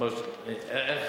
את ההוראות האלה לא מקיימים בכלל.